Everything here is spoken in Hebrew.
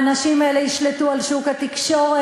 האנשים האלה ישלטו על שוק התקשורת,